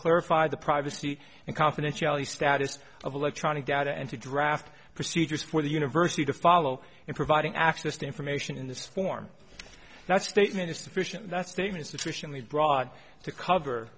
clarify the privacy and confidentiality status of electronic data and to draft procedures for the university to follow in providing access to information in this form that statement is sufficient that's statements to traditionally broad to cover